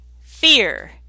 fear